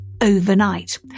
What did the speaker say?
overnight